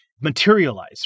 materialize